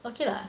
okay lah